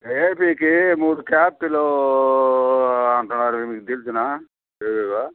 ఏపికి మూడు క్యాపిటల్స్ అంటున్నారు మీకు తెలుసా తెలియదా